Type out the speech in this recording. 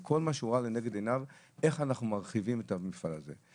כל מה שהוא ראה לנגד עיניו איך אנחנו מרחיבים את המפעל הזה.